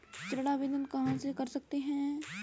ऋण आवेदन कहां से कर सकते हैं?